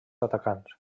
atacants